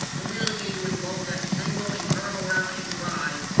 they merely need to invoke that single eternal rallying cry,